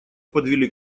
подвели